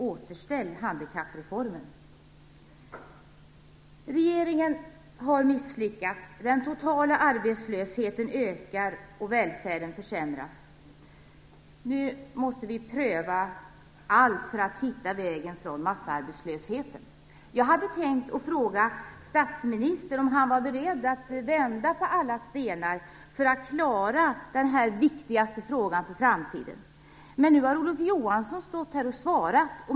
Återställ handikappreformen! Regeringen har misslyckats. Den totala arbetslösheten ökar och välfärden försämras. Nu måste vi pröva allt för att hitta vägen från massarbetslösheten. Jag hade tänkt fråga statsministern om han är beredd att vända på alla stenar för att klara ut denna den viktigaste frågan för framtiden. Men nu har Olof Johansson stått här och svarat.